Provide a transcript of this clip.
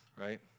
right